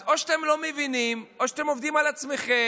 אז או שאתם לא מבינים או שאתם עובדים על עצמכם,